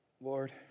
Lord